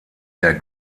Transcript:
der